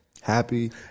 Happy